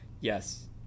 Yes